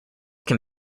can